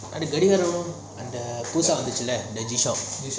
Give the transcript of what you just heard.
அந்த கெடிகாரம் அந்த புதுசா வந்துச்சில அந்த:antha gedigaaram antha puthusa vanthuchila antha G shock